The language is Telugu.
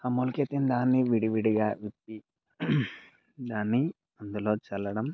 ఆ మొలకెత్తిన దాన్ని విడివిడిగా విప్పి దాన్ని అందులో చల్లడం